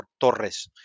Torres